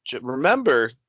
remember